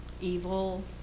Evil